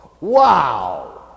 Wow